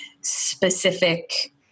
specific